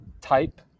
type